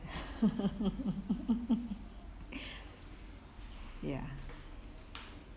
ya